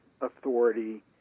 authority